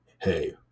hey